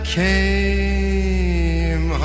came